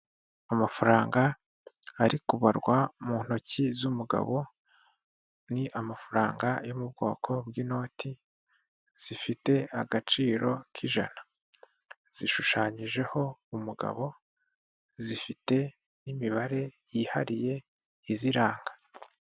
Amafaranga ari kubarwa mu ntoki z'umugabo, ni amafaranga yo mu bwoko bw'inoti, zifite agaciro k'ijana zishushanyijeho umugabo, zifite n'imibare yihariye iziranga.